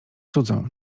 cudzą